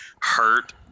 hurt